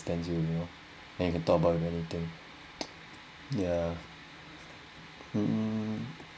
you you know and you can talk about anything yeah mm